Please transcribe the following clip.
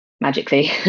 magically